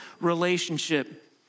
relationship